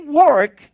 work